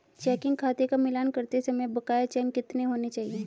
Checking खाते का मिलान करते समय बकाया चेक कितने होने चाहिए?